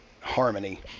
Harmony